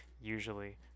usually